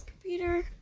computer